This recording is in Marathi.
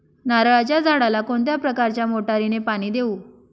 नारळाच्या झाडाला कोणत्या प्रकारच्या मोटारीने पाणी देऊ?